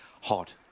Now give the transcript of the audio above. Hot